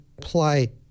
play